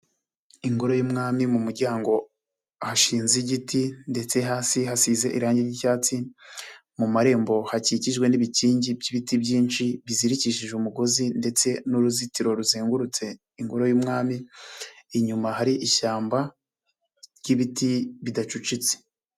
Ingoro y'umwami mu muryango ahashinze igiti ndetse hasi hasize irangi ry'icyatsi, mu marembo hakikijwe n'ibikingi by'ibiti byinshi, bizirikishije umugozi ndetse n'uruzitiro ruzengurutse ingoro y'umwami. inyuma hari ishyamba ry'ibiti bidacucitse.